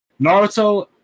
Naruto